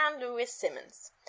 Lewis-Simmons